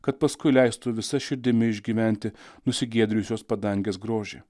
kad paskui leistų visa širdimi išgyventi nusigiedrijusiuos padangės grožį